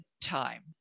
time